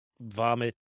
vomit